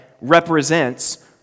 represents